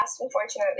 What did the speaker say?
unfortunately